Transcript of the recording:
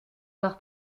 voir